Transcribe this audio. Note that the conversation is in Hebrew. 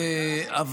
אבל,